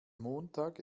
montag